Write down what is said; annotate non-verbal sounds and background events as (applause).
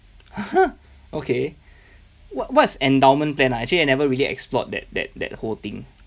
(laughs) okay wh~ what's endowment plan ah actually I never really explored that that that whole thing